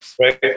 Right